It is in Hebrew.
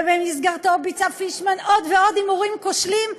ובמסגרתו ביצע פישמן עוד ועוד הימורים כושלים,